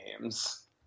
games